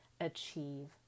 achieve